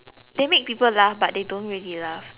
they make people laugh but they don't really laugh